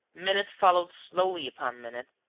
minute followed slowly upon minute.